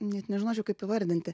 net nežinočiau kaip įvardinti